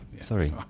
sorry